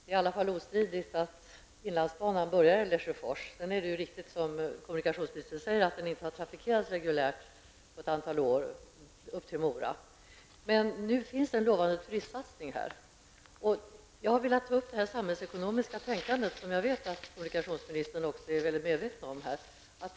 Herr talman! Det är i alla fall obestridligt att inlandsbanan börjar i Lesjöfors. Däremot är det ju riktigt som kommunikationsministern säger att den inte har trafikerats reguljärt till Mora på ett antal år. Nu finns en lovande turistsatsning på inlandsbanan. Jag har velat ta upp det samhällsekonomiska tänkande som jag vet att också kommunikationsministern är väldigt medveten om i detta sammanhang.